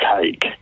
take